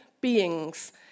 beings